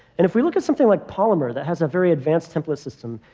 and if we look at something like polymer that has a very advanced template system,